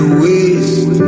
waste